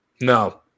No